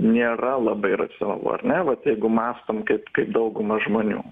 nėra labai racionalu ar ne vat jeigu mąstom kaip dauguma žmonių